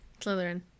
slytherin